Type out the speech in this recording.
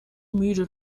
müde